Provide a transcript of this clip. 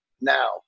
now